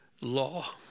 law